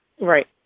Right